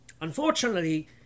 Unfortunately